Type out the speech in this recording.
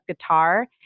guitar